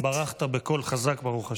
חבר הכנסת ביטן, התברכת בקול חזק, ברוך השם.